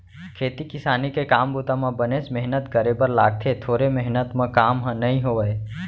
खेती किसानी के काम बूता म बनेच मेहनत करे बर लागथे थोरे मेहनत म काम ह नइ होवय